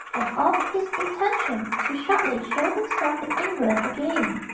and of his intention to shortly show himself in england again.